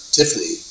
Tiffany